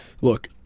look